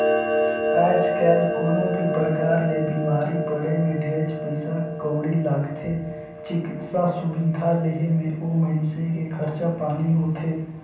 आयज कायल कोनो भी परकार ले बिमारी पड़े मे ढेरेच पइसा कउड़ी लागथे, चिकित्सा सुबिधा लेहे मे ओ मइनसे के खरचा पानी होथे